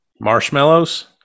marshmallows